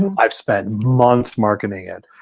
and i've spent months marketing it,